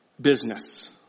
business